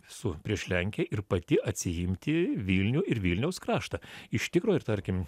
su prieš lenkiją ir pati atsiimti vilnių ir vilniaus kraštą iš tikro ir tarkim